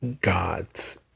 gods